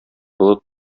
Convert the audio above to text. болыт